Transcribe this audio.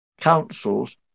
councils